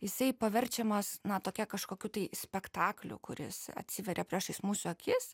jisai paverčiamas na tokia kažkokiu tai spektakliu kuris atsiveria priešais mūsų akis